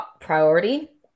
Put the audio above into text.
priority